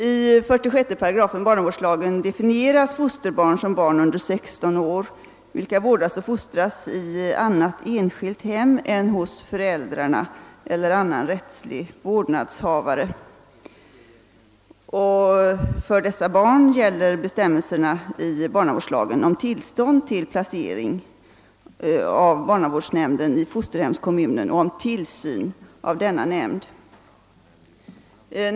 I 46 8 barnavårdslagen definieras fosterbarn som barn under 16 år, vilket vårdas och fostras i annat enskilt hem än hos föräldrarna eller annan rättslig vårdnadshavare. För dessa barn gäller bestämmelserna i barnavårdslagen om tillstånd till placeringen av barnavårdsnämnden i fosterhemskommunen och om tillsyn av denna nämnd.